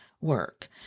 work